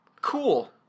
Cool